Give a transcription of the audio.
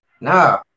Nah